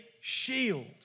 shield